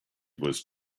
was